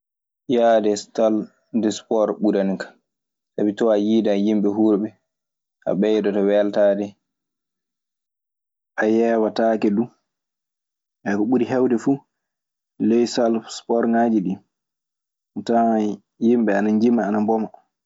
Yahde sal de spoor ɓuranikan, sabi too a yiidan e yimɓe huurɓe, a ɓeydoto weltaade. A yeewetaake du. ko ɓuri heewde fu ley sal spoorŋaaji ɗii, a tawan yimɓe ana njima, ana mboma.